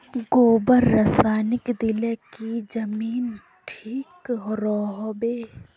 गोबर रासायनिक दिले की जमीन ठिक रोहबे?